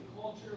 culture